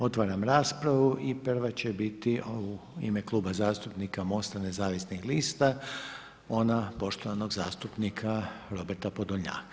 Otvaram raspravu i prva će biti u ime Kluba zastupnika MOST-a nezavisnih lista ona poštovanog zastupnika Roberta Podolnjaka.